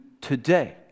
today